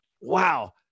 Wow